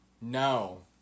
No